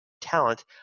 talent